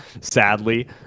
sadly